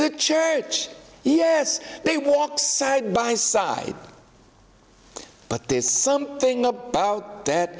the church yes they walk side by side but there's something about that